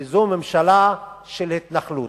כי זאת ממשלה של התנחלות.